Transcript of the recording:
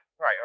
right